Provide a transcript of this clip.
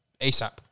ASAP